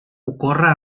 ocorre